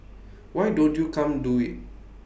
why don't you come do IT